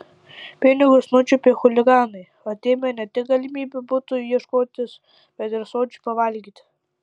pinigus nučiupę chuliganai atėmė ne tik galimybę buto ieškotis bet ir sočiai pavalgyti